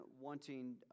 wanting